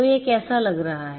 तो यह कैसा लग रहा है